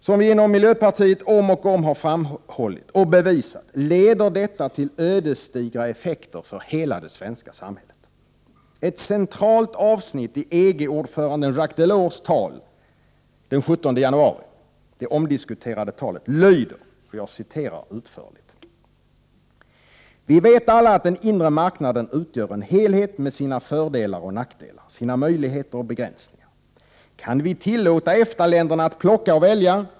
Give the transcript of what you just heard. Som vi inom miljöpartiet om och om igen har framhållit och bevisat leder detta till ödesdigra effekter för hela det svenska samhället. Ett centralt avsnitt i EG-ordföranden Jacques Delors omdiskuterade tal den 17 januari lyder: ”Vi vet alla att den Inre Marknaden utgör en helhet med sina fördelar och nackdelar, sina möjligheter och begränsningar. Kan vi tillåta EFTA länderna att plocka och välja?